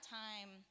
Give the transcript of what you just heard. time